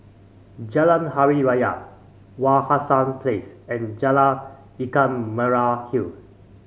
Jalan Hari Raya Wak Hassan Place and Jalan Ikan Merah Hill